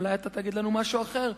ואולי אתה תגיד לנו משהו אחר,